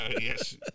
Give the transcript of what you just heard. yes